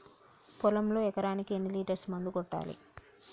పొలంలో ఎకరాకి ఎన్ని లీటర్స్ మందు కొట్టాలి?